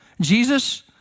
Jesus